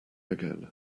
again